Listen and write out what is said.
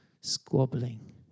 squabbling